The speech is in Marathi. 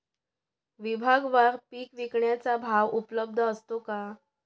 विभागवार पीक विकण्याचा भाव उपलब्ध असतो का?